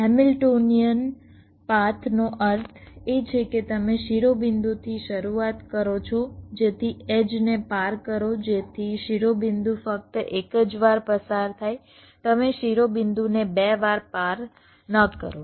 Hamiltonian પાથનો અર્થ એ છે કે તમે શિરોબિંદુથી શરૂઆત કરો છો જેથી એડ્જને પાર કરો જેથી શિરોબિંદુ ફક્ત એક જ વાર પસાર થાય તમે શિરોબિંદુને બે વાર પાર ન કરો